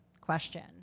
question